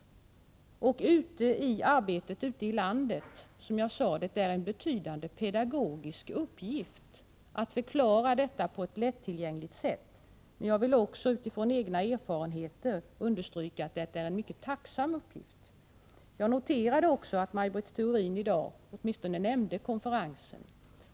När det gäller arbetet ute i landet är det, som jag sade, en betydande pedagogisk uppgift att förklara detta på ett lättillgängligt sätt. Jag vill också utifrån egna erfarenheter understryka att det är en mycket tacksam uppgift. Jag noterar också att Maj Britt Theorin i dag åtminstone nämnde konferensen.